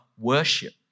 worship